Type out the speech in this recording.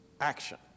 action